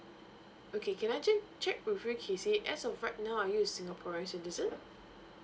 okay can I che~ check with you kesy as of right now are you a singaporean citizen